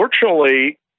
unfortunately